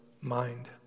mind